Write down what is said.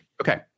Okay